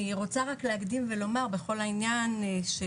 אני רוצה רק להקדים ולומר בכל העניין של